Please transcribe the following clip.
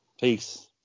Peace